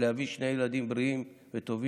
להביא שני ילדים בריאים וטובים,